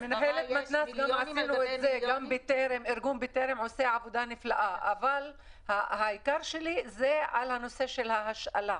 גם ארגו בטרם עושה עבודה נפלאה אבל אני מתייחסת לנושא ההשאלה.